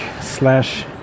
slash